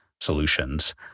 solutions